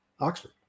Oxford